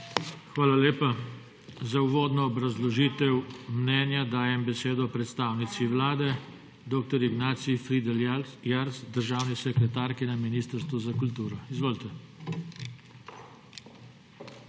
Hvala lepa. Za uvodno obrazložitev mnenja dajem besedo predstavnici Vlade dr. Ignaciji Fridl Jarc, državni sekretarki na Ministrstvu za kulturo. Izvolite.